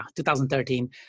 2013